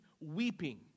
weeping